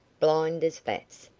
blind as bats.